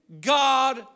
God